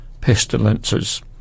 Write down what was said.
pestilences